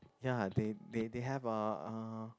ya they they they have a uh